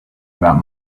about